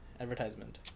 advertisement